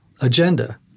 agenda